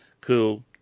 cool